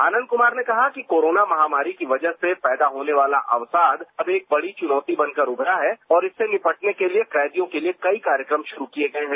आनंद कुमार ने कहा कि कोरोना महामारी की वजह से पैदा होने वाला अवसाद अब एक बड़ी चुनौती बनकर उभरा है और इससे निपटने के लिए कैदियों के लिए कई कार्यक्रम शुरू किये गये हैं